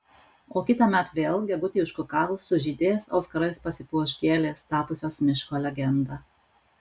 o kitąmet vėl gegutei užkukavus sužydės auskarais pasipuoš gėlės tapusios miško legenda